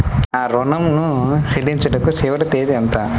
నా ఋణం ను చెల్లించుటకు చివరి తేదీ ఎంత?